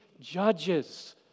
judges